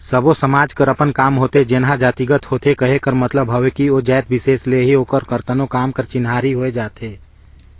सब्बो समाज कर अपन काम होथे जेनहा जातिगत होथे कहे कर मतलब हवे कि ओ जाएत बिसेस ले ही ओकर करतनो काम कर चिन्हारी होए जाथे